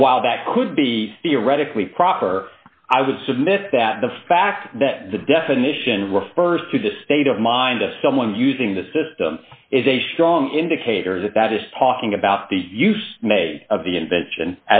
and while that could be theoretically proper i would submit that the fact that the definition refers to the state of mind of someone using the system is a strong indicator that that is talking about the use may of the invention